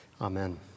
Amen